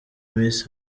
miss